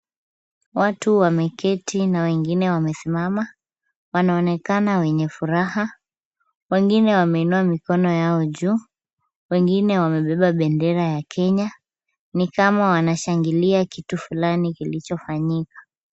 Watu wameketi na wengine wamesimama wanaonekana wenye furaha ,wengine wameinua mikono yao juu, wengine wamebeba bendera ya kenya, ni kama wanashangilia kitu fulani kilicho fanyika.